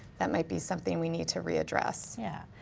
that might be something we need to readdress. yeah,